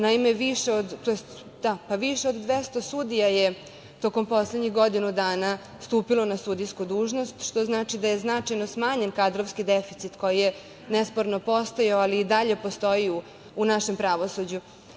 Naime, više od 200 sudija je tokom poslednjih godinu dana stupilo na sudijsku dužnost, što znači da je značajno smanjen kadrovski deficit, koji je nesporno postojao, ali i dalje postoji u našem pravosuđu.